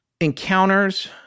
encounters